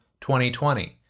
2020